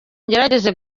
ngerageze